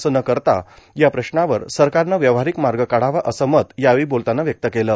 असं न करता या प्रश्नावर सरकारनं व्यावहारिक मार्ग काढावा असं मत यावेळी बोलताना व्यक्त केलं